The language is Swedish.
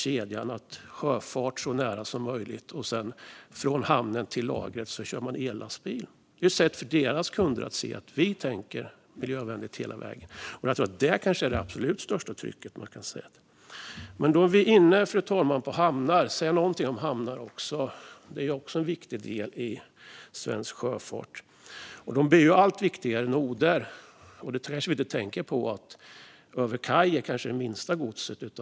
De ska ha sjöfart så nära som möjligt, och sedan kör de ellastbil från hamnen till lagret. Det är ett sätt för deras kunder att se att de tänker miljövänligt hela vägen. Det kanske är det absolut största trycket. Fru talman! Då är vi inne på frågan om hamnar. Jag ska också säga någonting om hamnar. Det är också en viktig del i svensk sjöfart. De blir allt viktigare noder. Det kanske vi inte tänker på. Godset över kaj är kanske det minsta godset.